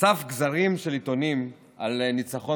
אסף גזירים של עיתונים על הניצחון